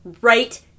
right